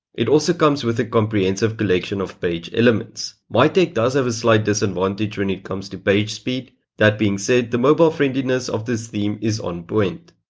it also comes with a comprehensive collection of page elements. mitech does have a slight disadvantage when it comes to page speed. that being said, the mobile friendliness of this theme is on point.